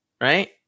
right